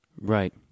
Right